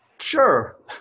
Sure